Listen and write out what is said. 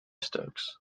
stokes